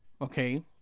Okay